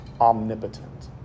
omnipotent